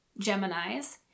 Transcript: Geminis